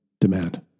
demand